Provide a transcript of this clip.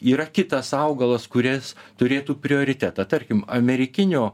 yra kitas augalas kuris turėtų prioritetą tarkim amerikinio